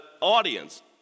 audience